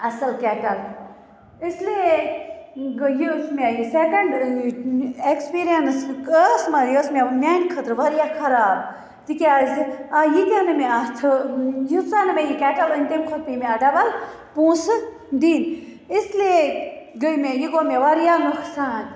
اصٕل کیٚٹَل اِسلیے گٔیہِ یہِ میٛٲنِس سیٚکَنٛڈ ایٚکسپیٖریَنس ٲسۍ نہَ یہِ ٲسۍ میٛانہِ خٲطرٕ واریاہ خَراب تکیٛازِ ییٖتیٛاہ نہٕ مےٚ اتھ ییٖژاہ نہٕ مےٚ یہِ کیٚٹَل أنۍ تمہِ کھۄتہٕ یِیہِ مےٚ ڈَبَل پۅنٛسہٕ دِنۍ اِسلیے گٔیہِ مےٚ یہِ گوٚو مےٚ واریاہ نوٚقصان